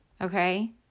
okay